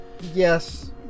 Yes